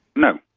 no.